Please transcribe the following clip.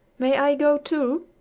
may i go, too?